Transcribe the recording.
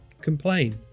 complain